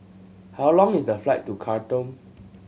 how long is the flight to Khartoum